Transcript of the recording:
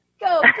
Go